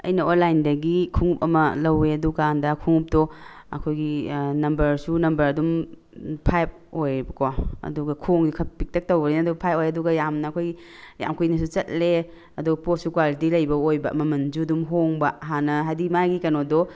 ꯑꯩꯅ ꯑꯣꯟꯂꯥꯏꯟꯗꯒꯤ ꯈꯣꯡꯎꯞ ꯑꯃ ꯂꯧꯋꯦ ꯗꯨꯀꯥꯟꯗ ꯈꯨꯡꯎꯞꯇꯣ ꯑꯩꯈꯣꯏꯒꯤ ꯅꯝꯕꯔꯁꯨ ꯅꯝꯕꯔ ꯑꯗꯨꯝ ꯐꯥꯏꯚ ꯑꯣꯏꯌꯦꯕꯀꯣ ꯑꯗꯨꯒ ꯈꯣꯡꯁꯦ ꯈꯔ ꯄꯤꯛꯇꯛ ꯇꯧꯕꯅꯤꯅ ꯑꯗꯨ ꯐꯥꯏꯚ ꯑꯣꯏ ꯑꯗꯨꯒ ꯌꯥꯝꯅ ꯑꯩꯈꯣꯏꯒꯤ ꯌꯥꯝ ꯀꯨꯏꯅꯁꯨ ꯆꯠꯂꯦ ꯑꯗꯣ ꯄꯣꯠꯁꯨ ꯀ꯭ꯋꯥꯂꯤꯇꯤ ꯂꯩꯕ ꯑꯣꯏꯕ ꯃꯃꯜꯁꯨ ꯑꯗꯨꯝ ꯍꯣꯡꯕ ꯍꯥꯟꯅ ꯍꯥꯏꯗꯤ ꯃꯥꯒꯤ ꯀꯩꯅꯣꯗꯣ